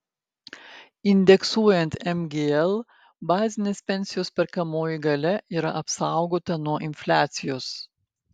indeksuojant mgl bazinės pensijos perkamoji galia yra apsaugota nuo infliacijos